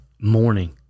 morning